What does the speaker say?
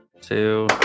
Two